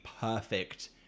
perfect